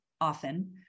often